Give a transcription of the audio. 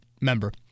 member